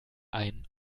ein